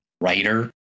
writer